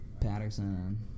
Patterson